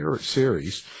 series